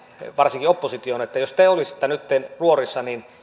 varsinkin oppositiota kuuntelee että jos te olisitte nyt ruorissa niin